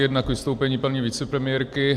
Jedna k vystoupení paní vicepremiérky.